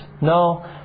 No